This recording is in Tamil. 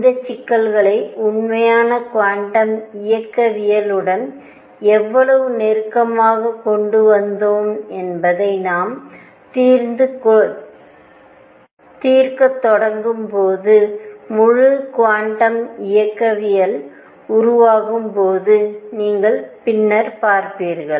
இந்த சிக்கல்களை உண்மையான குவாண்டம் இயக்கவியலுடன் எவ்வளவு நெருக்கமாக கொண்டு வந்தோம் என்பதை நாம் தீர்க்கத் தொடங்கும் போது முழு குவாண்டம் இயக்கவியல் உருவாகும்போது நீங்கள் பின்னர் பார்ப்பீர்கள்